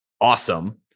awesome